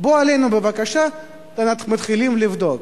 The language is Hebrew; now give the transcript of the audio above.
בוא אלינו בבקשה, ומתחילים לבדוק.